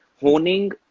honing